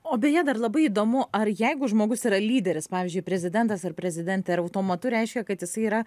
o beje dar labai įdomu ar jeigu žmogus yra lyderis pavyzdžiui prezidentas ar prezidentė ar automatu reiškia kad jisai yra